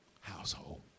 household